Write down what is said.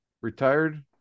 retired